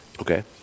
Okay